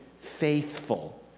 faithful